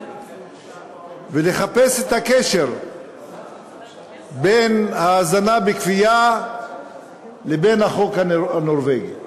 ומחפש את הקשר בין ההזנה בכפייה לבין החוק הנורבגי.